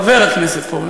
חבר הכנסת פורר,